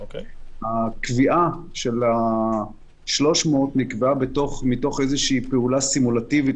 הקביעה של המספר 300 הייתה מתוך איזו פעולה סימולטיבית,